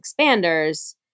expanders